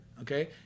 Okay